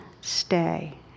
stay